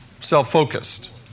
self-focused